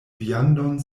viandon